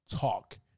talk